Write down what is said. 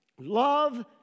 Love